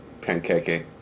pancake